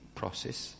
process